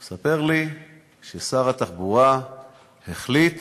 הוא מספר לי ששר התחבורה החליט